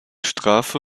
strafe